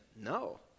no